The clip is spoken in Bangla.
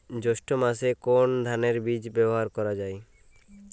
জৈষ্ঠ্য মাসে কোন ধানের বীজ ব্যবহার করা যায়?